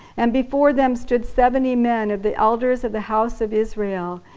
and before them stood seventy men of the elders of the house of israel,